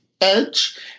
edge